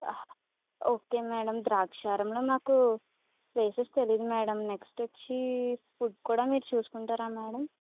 okay madam ద్రాక్షారంలో మాకు places తెలియదు మేడమ్ నెక్స్ట్ వచ్చి ఫుడ్ కూడా మీరు చూసుకుంటారా మేడం